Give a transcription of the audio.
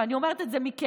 ואני אומרת את זה מכאב,